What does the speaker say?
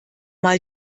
mal